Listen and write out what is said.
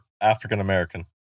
African-American